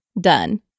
done